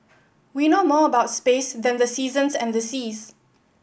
we know more about space than the seasons and the seas